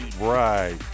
right